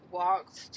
walked